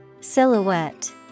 Silhouette